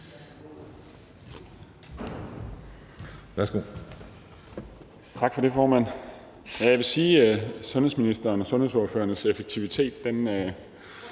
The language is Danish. Tak for det, formand.